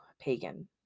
pagan